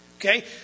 okay